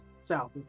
south